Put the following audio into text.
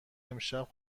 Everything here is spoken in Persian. امشب